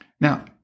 Now